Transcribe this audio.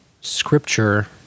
scripture